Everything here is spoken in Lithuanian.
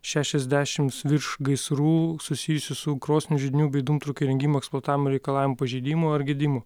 šešiasdešims virš gaisrų susijusių su krosnių židinių bei dūmtraukių įrengimo eksploatavimo reikalavimų pažeidimu ar gedimu